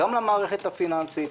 גם למערכת הפיננסית.